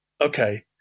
Okay